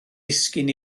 ddisgyn